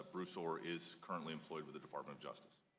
ah bruce or is currently employed with the department of justice.